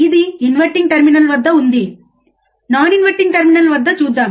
ఇది inverting terminal వద్ద ఉంది నాన్ ఇన్వర్టింగ్ టెర్మినల్ వద్ద చూద్దాం